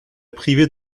prié